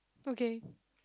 okay